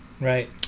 Right